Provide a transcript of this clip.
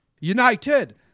United